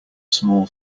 small